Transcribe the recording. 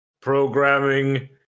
Programming